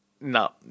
No